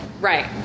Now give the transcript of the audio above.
Right